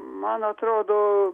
man atrodo